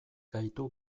gaitu